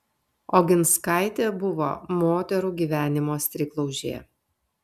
oginskaitė buvo moterų gyvenimo streiklaužė